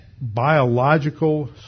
biological